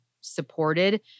supported